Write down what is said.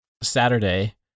Saturday